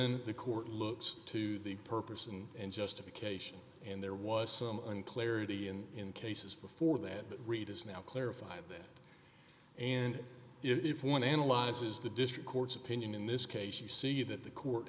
then the court looks to the purpose and justification and there was some un player to be in cases before that read is now clarified that and if one analyzes the district court's opinion in this case you see that the court